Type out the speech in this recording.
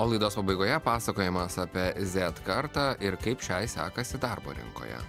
o laidos pabaigoje pasakojimas apie zet kartą ir kaip šiai sekasi darbo rinkoje